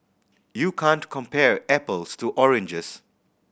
you can't compare apples to oranges